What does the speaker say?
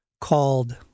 called